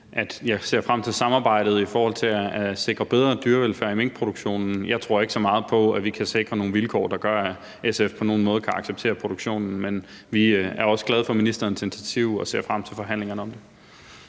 jeg ser frem til samarbejdet om at sikre bedre dyrevelfærd i minkproduktionen. Jeg tror ikke så meget på, at vi kan sikre nogle vilkår, der gør, at SF på nogen måde kan acceptere produktionen. Men vi er også glade for ministerens initiativ og ser frem til forhandlingerne om det.